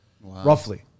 roughly